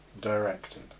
directed